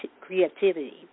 creativity